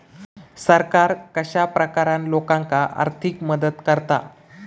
सरकार कश्या प्रकारान लोकांक आर्थिक मदत करता?